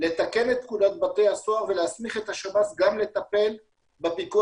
לתקן את פקודת בתי הסוהר ולהסמיך את השב"ס גם לטפל בפיקוח